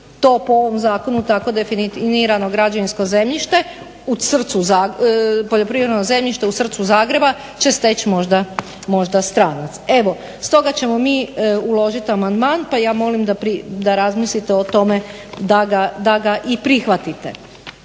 to po ovom zakonu tako definirano građevinsko zemljište u srcu Zagreba će steći možda stranac. Evo stoga ćemo mi uložiti amandman pa ja molim da razmislite o tome da ga i prihvatite.